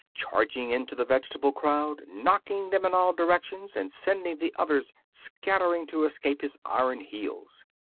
charging into the vegetable crowd, knocking them in all directions and sending the others scattering to escape his iron heels.